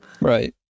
Right